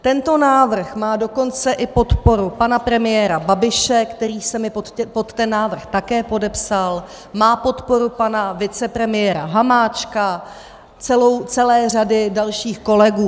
Tento návrh má dokonce i podporu pana premiéra Babiše, který se mi pod ten návrh také podepsal, má podporu pana vicepremiéra Hamáčka, celé řady dalších kolegů.